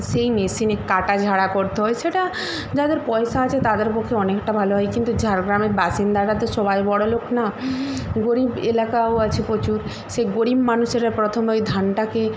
সেই মেশিনে কাটা ঝাড়া করতে হয় সেটা যাদের পয়সা আছে তাদের পক্ষে অনেকটা ভালো হয় কিন্তু ঝাড়গ্রামের বাসিন্দারা তো সবাই বড়লোক না গরিব এলাকাও আছে প্রচুর সেই গরিব মানুষেরা প্রথমে ওই ধানটাকে